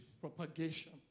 propagation